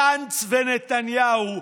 גנץ ונתניהו,